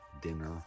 Dinner